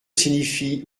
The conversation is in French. signifie